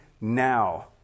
now